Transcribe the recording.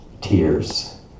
tears